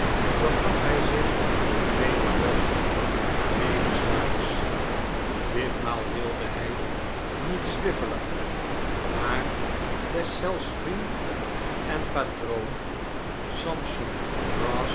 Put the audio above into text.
begaf hij zich wederom naar bevis marks ditmaal wilde hij niet swiveller maar deszelfs vriend en patroon sampson brass